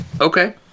Okay